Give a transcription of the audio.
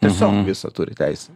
tiesiog visą turi teisę